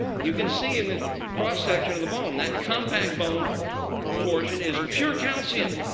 you can see in the cross-section of the bone, that compact bone portion is pure calcium.